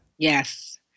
Yes